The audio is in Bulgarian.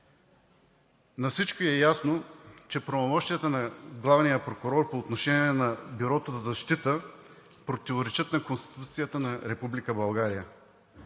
На всички е ясно, че правомощията на главния прокурор по отношение на Бюрото за защита противоречат на Конституцията на